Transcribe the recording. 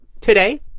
Today